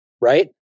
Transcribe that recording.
Right